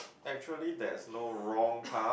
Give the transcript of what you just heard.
actually there is no wrong path